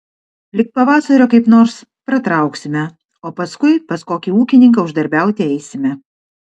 lig pavasario kaip nors pratrauksime o paskui pas kokį ūkininką uždarbiauti eisime